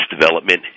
development